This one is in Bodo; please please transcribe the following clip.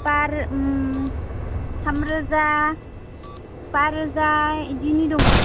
बार थाम रोजा बा रोजा इदिनि दङ